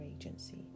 agency